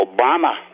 Obama